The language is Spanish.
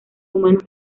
humanos